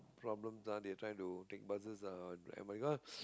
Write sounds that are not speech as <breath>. problems lah they're trying to take buses lah i'm like oh <breath>